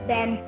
Ben